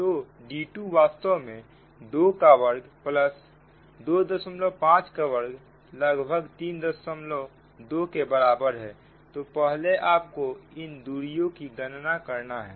तो d2 वास्तव में 2 का वर्ग 25 का वर्ग लगभग 32 के बराबर है तो पहले आपको इन दूरियों की गणना करनी है